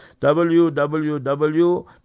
www